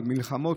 על המלחמות,